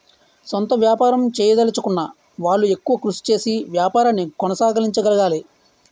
సొంత వ్యాపారం చేయదలచుకున్న వాళ్లు ఎక్కువ కృషి చేసి వ్యాపారాన్ని కొనసాగించగలగాలి